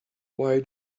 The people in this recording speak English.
why